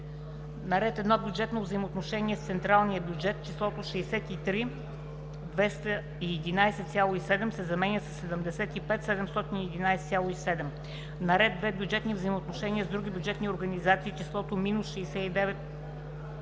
на ред 1. Бюджетно взаимоотношение с централния бюджет числото „63 211,7“ се заменя с „ 75 711,7“. - на ред 2. Бюджетни взаимоотношения с други бюджетни организации числото „-69